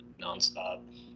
nonstop